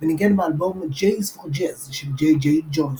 וניגן באלבום "J is for Jazz" של ג'יי ג'יי ג'ונסון.